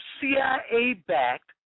CIA-backed